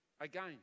again